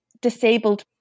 disabled